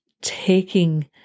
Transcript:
taking